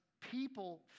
people